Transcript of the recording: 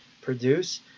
produce